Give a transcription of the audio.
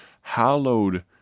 hallowed